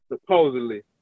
supposedly